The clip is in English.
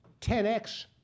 10x